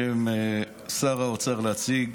בשם שר האוצר, אני מתכבד להציג